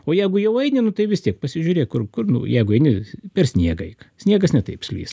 o jeigu jau eini nu tai vis tiek pasižiūrėk kur kur nu jeigu eini per sniegą eik sniegas ne taip slys